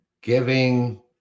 giving